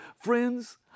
Friends